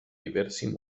diversi